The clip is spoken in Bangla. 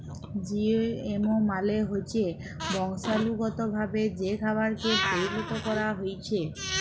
জিএমও মালে হচ্যে বংশালুগতভাবে যে খাবারকে পরিলত ক্যরা হ্যয়েছে